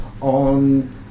on